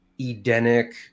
Edenic